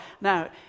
Now